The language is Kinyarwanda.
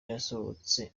yasohotse